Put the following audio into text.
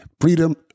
Freedom